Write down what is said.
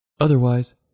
Otherwise